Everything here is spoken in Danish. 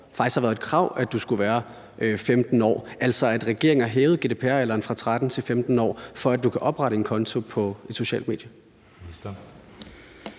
faktisk har været et krav, at man skulle være 15 år, og at regeringen altså har hævet aldersgræsen for, at man kan oprette en konto på et socialt medie,